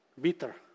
bitter